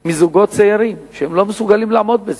יום-יום מזוגות צעירים, שהם לא מסוגלים לעמוד בזה.